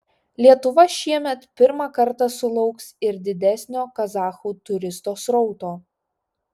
lietuva šiemet pirmą kartą sulauks ir didesnio kazachų turistų srauto